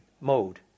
mode